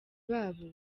babo